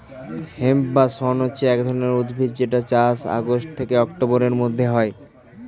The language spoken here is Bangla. হেম্প বা শণ হচ্ছে এক ধরণের উদ্ভিদ যেটার চাষ আগস্ট থেকে অক্টোবরের মধ্যে হয়